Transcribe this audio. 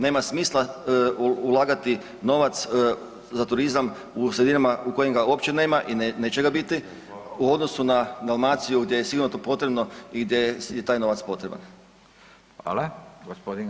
Nema smisla ulagati novac za turizam u sredinama u kojim ga uopće nema i neće ga biti u odnosu na Dalmaciju gdje je sigurno to potrebno i gdje je taj novac potreban.